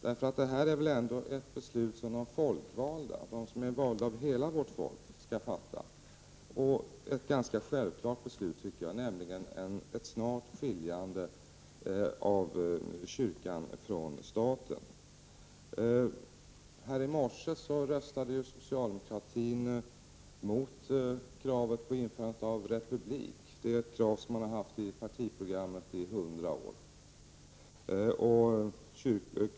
Detta är väl ändå ett beslut som de folkvalda skall fatta, de som är valda av hela vårt folk. Det är ett ganska självklart beslut, tycker jag, nämligen ett beslut om ett snart skiljande av kyrkan från staten. I morse röstade socialdemokraterna mot kravet på införande av republik. Detta är ett krav man har haft i partiprogrammet i hundra år.